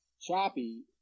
choppy